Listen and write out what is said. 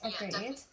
Agreed